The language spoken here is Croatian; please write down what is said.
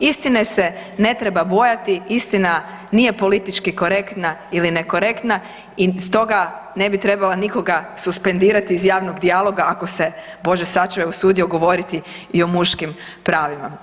Istine se ne treba bojati, istina nije politički korektna ili ne korektna i stoga ne bi trebala nikoga suspendirati iz javnog dijaloga ako se Bože sačuvaj usudio govorio i o muškim pravima.